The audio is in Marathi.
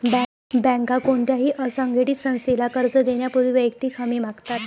बँका कोणत्याही असंघटित संस्थेला कर्ज देण्यापूर्वी वैयक्तिक हमी मागतात